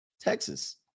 Texas